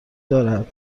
دارد